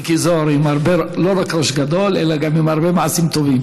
מיקי זוהר לא רק ראש גדול אלא גם עם הרבה מעשים טובים.